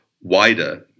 wider